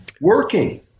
working